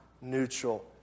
neutral